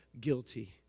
guilty